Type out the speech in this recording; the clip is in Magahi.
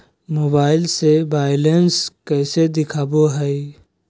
मोबाइल से बायलेंस कैसे देखाबो है?